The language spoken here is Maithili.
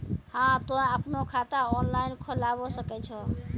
हाँ तोय आपनो खाता ऑनलाइन खोलावे सकै छौ?